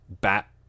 bat